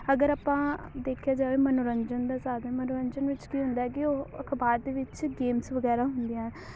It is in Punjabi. ਅਗਰ ਆਪਾਂ ਦੇਖਿਆ ਜਾਵੇ ਮਨੋਰੰਜਨ ਦਾ ਸਾਧਨ ਮਨੋਰੰਜਨ ਵਿੱਚ ਕੀ ਹੁੰਦਾ ਕਿ ਉਹ ਅਖ਼ਬਾਰ ਦੇ ਵਿੱਚ ਗੇਮਸ ਵਗੈਰਾ ਹੁੰਦੀਆਂ